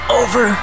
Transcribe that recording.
over